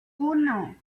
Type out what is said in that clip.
uno